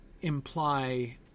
imply